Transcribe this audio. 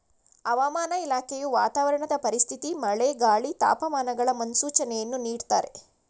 ಹವಾಮಾನ ಇಲಾಖೆಯು ವಾತಾವರಣದ ಪರಿಸ್ಥಿತಿ ಮಳೆ, ಗಾಳಿ, ತಾಪಮಾನಗಳ ಮುನ್ಸೂಚನೆಯನ್ನು ನೀಡ್ದತರೆ